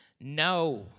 No